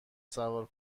سوار